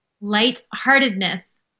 lightheartedness